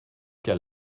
cas